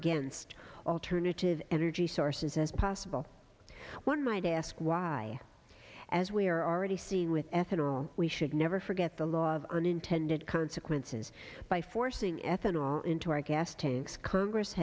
against alternative energy sources as possible one might ask why as we are already seeing with ethanol we should never forget the law of unintended consequences by forcing ethanol into our gas tanks congress